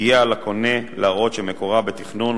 יהיה על הקונה להראות שמקורה בתכנון,